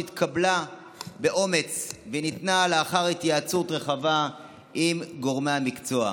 שהתקבלה באומץ וניתנה לאחר התייעצות רחבה עם גורמי המקצוע.